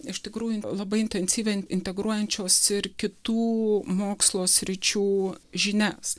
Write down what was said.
iš tikrųjų labai intensyviai integruojančios ir kitų mokslo sričių žinias